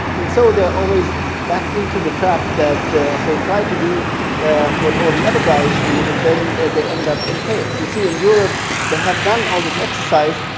and so they're always back into the trap that they tried to do what all the other guys do, and then they end up in chaos. you see, in europe they have done all this exercise.